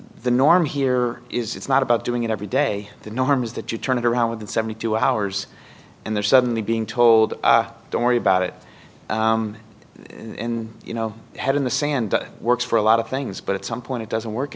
the norm here is it's not about doing it every day the norm is that you turn it around within seventy two hours and they're suddenly being told don't worry about it in you know head in the sand works for a lot of things but at some point it doesn't work